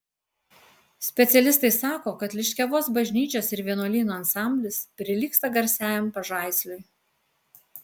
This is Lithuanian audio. specialistai sako kad liškiavos bažnyčios ir vienuolyno ansamblis prilygsta garsiajam pažaisliui